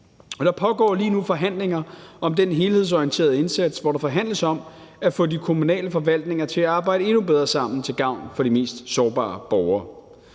Der pågår lige nu forhandlinger om den helhedsorienterede indsats, hvor der forhandles om at få de kommunale forvaltninger til at arbejde endnu bedre sammen til gavn for de mest sårbare borgere.